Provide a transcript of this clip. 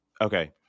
Okay